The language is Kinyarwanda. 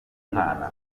mwana